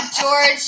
george